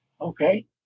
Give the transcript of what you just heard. okay